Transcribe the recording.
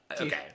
Okay